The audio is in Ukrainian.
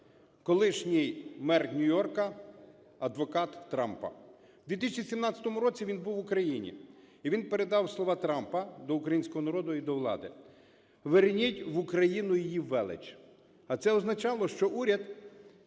Колишній мер Нью-Йорка, адвокат Трампа. У 2017 році він був в Україні і він передав слова Трампа до українського народу і до влади: "Верніть в Україну її велич". А це означало, що уряд,